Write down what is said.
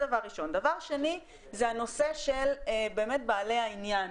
דבר שני זה נושא בעלי העניין.